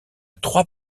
trois